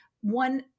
one